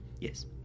Yes